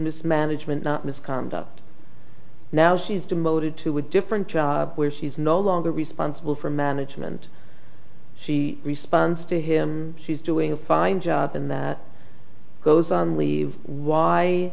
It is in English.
mismanagement not misconduct now she's demoted to a different job where she's no longer responsible for management she responds to him she's doing a fine job and that goes on